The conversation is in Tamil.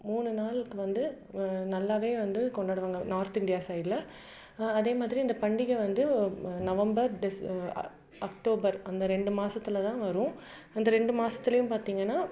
மூணு நாளுக்கு வந்து நல்லாவே வந்து கொண்டாடுவாங்க நார்த் இந்தியா சைடில் அதேமாதிரி இந்த பண்டிகை வந்து நவம்பர் டிஸ் அ அக்டோபர் அந்த ரெண்டு மாதத்துல தான் வரும் அந்த ரெண்டு மாதத்துலையும் பார்த்திங்கன்னா